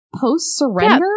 post-surrender